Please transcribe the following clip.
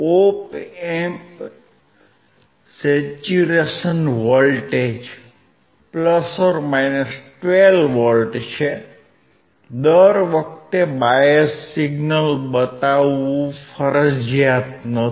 ઓપ amp saturation voltage 12 V છે દર વખતે બાયસ સિગ્નલ બતાવવું ફરજિયાત નથી